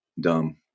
dumb